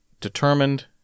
determined